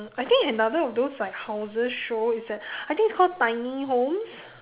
I think another of those like houses show it's like I think it's called tiny homes